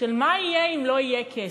מה יהיה אם לא יהיה כסף,